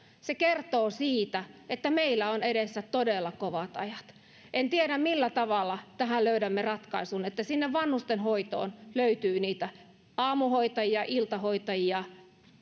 se kertoo siitä että meillä on edessä todella kovat ajat en tiedä millä tavalla tähän löydämme ratkaisun niin että sinne vanhustenhoitoon löytyy aamuhoitajia iltahoitajia